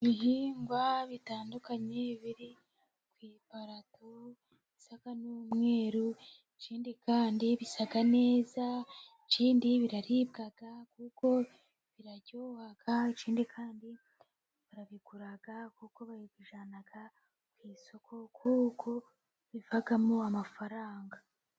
Ibihingwa bitandukanye biri ku iparato bisa n'umweru, ikindi kandi bisa neza, ikindi biraribwa kuko biraryoha, ikindi kandi barabigura kuko babijyana ku isoko, kuko bivamo amafaranga.